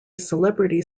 celebrity